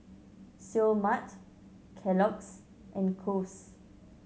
Seoul Mart Kellogg's and Kose